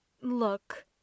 look